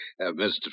Mr